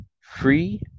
free